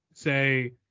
say